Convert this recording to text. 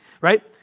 right